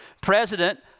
President